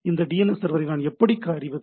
அந்த டிஎன்எஸ் சர்வரை நான் எப்படி அறிவது